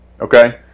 okay